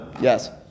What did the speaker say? Yes